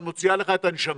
אבל מוציאה לך את הנשמה.